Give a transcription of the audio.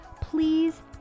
please